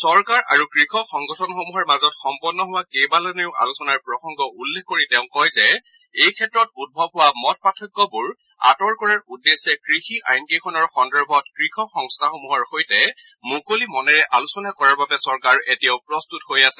চৰকাৰ আৰু কৃষক সংগঠনৰসমূহৰ মাজত সম্পন্ন হোৱা কেইবালানিও আলোচনাৰ প্ৰসংগ উল্লেখ কৰি তেওঁ কয় যে এই ক্ষেত্ৰত উদ্ভৱ হোৱা মত পাৰ্থক্যবোৰ আঁতৰ কৰাৰ উদ্দেশ্যে কৃষি আইনকেইখনৰ সন্দৰ্ভত কৃষক সংস্থাসমূহৰ সৈতে মুকলি মনেৰে আলোচনা কৰাৰ বাবে চৰকাৰ এতিয়াও প্ৰস্তত হৈ আছে